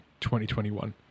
2021